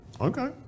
Okay